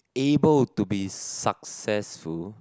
able to be successful